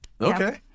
Okay